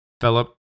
Philip